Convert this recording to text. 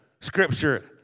scripture